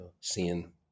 seeing